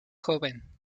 joven